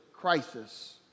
crisis